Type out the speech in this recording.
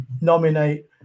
nominate